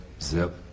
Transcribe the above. Zip